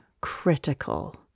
critical